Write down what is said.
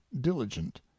diligent